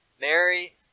Mary